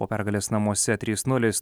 po pergalės namuose trys nulis